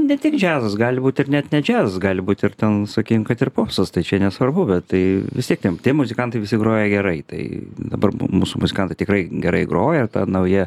ne tik džiazas gali būt ir net ne džiazas gali būti ir ten sakym kad ir popsas tai čia nesvarbu bet tai vis tie tie muzikantai visi groja gerai tai dabar mūsų muzikantai tikrai gerai groja ta nauja